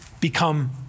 become